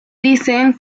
dicen